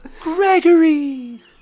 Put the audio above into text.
Gregory